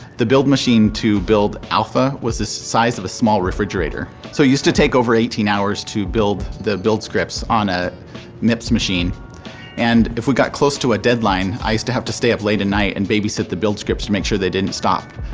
the build machine to build alpha was the size of a small refrigerator. so it used to take over eighteen hours to build the build scripts on a mips machine and if we got close to a deadline, i used to have to stay up late at night and babysit the build scripts to make sure they didn't stop.